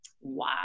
Wow